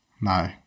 No